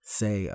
say